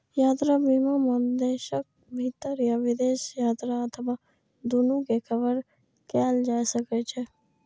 यात्रा बीमा मे देशक भीतर या विदेश यात्रा अथवा दूनू कें कवर कैल जा सकै छै